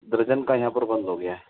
दर्जन का यहाँ पर बंद हो गया है